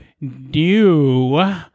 new